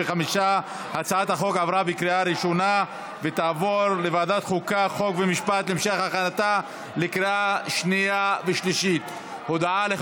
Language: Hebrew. ההצעה להעביר את הצעת חוק בתי משפט לעניינים מינהליים (תיקון מס' 117)